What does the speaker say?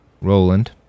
Roland